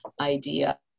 idea